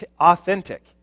authentic